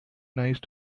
nice